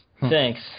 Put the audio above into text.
Thanks